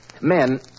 Men